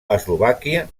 eslovàquia